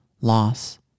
loss